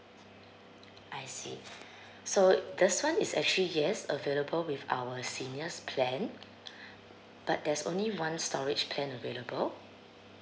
I see so this one is actually yes available with our seniors plan but there's only one storage plan available